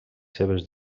seves